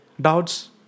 Doubts